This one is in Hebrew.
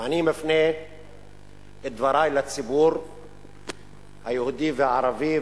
ואני מפנה את דברי לציבור היהודי והערבי,